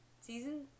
season